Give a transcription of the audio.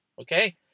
okay